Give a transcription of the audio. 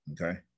okay